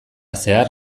zehar